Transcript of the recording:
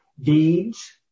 deeds